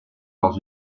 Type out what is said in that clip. dans